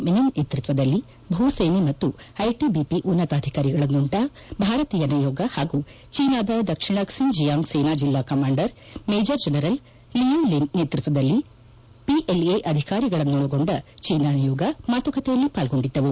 ಮೆನನ್ ನೇತೃತ್ವದಲ್ಲಿ ಭೂ ಸೇನೆ ಮತ್ತು ಐಟಬಿಪಿ ಉನ್ನತಾಧಿಕಾರಿ ಅವರನ್ನು ಒಳಗೊಂಡ ಭಾರತೀಯ ನಿಯೋಗ ಹಾಗೂ ಚೀನಾದ ದಕ್ಷಿಣ ಕ್ಷಿನ್ ಜಿಯಾಂಗ್ ಸೇನಾ ಜಿಲ್ಲಾಕಮಾಂಡರ್ ಮೇಜರ್ ಜನರಲ್ ಲಿಯೂ ಲಿನ್ ನೇತೃತ್ವದಲ್ಲಿ ಪಿಎಲ್ಎ ಅಧಿಕಾರಿಗಳನ್ನೊಳಗೊಂಡ ಚೀನಾ ನಿಯೋಗ ಮಾತುಕತೆಯಲ್ಲಿ ಪಾಲ್ಗೊಂಡಿದ್ದವು